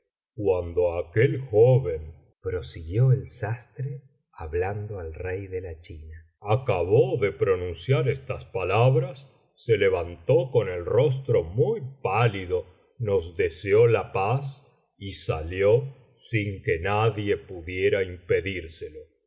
cuando aquel joven prosiguió el sastre hablando al rey de la chinaacabó de pronunciar estas palabras se levantó con el rostro muy pálido nos deseó la paz y salió sin que nadie pudiera impedírselo